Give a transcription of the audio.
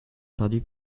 traduit